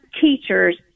teachers